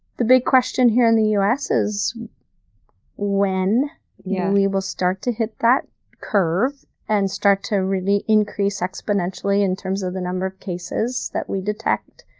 the big question here in the u s. is when yeah we will start to hit that curve and start to really increase exponentially in terms of the number of cases that we detect,